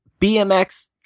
BMX